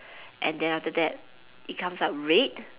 and then after that it comes out red